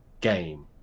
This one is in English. game